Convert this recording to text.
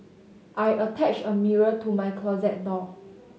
I attached a mirror to my closet door